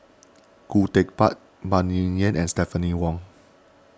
Khoo Teck Puat Phan Ming Yen and Stephanie Wong